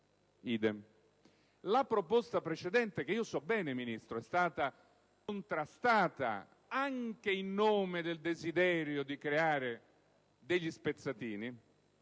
La proposta precedente, che so bene, Ministro, è stata contrastata anche in nome del desiderio di creare degli spezzatini